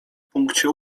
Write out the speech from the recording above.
punkcie